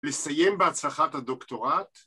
לסיים בהצלחת את הדוקטורט